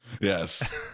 Yes